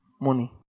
money